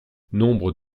nombre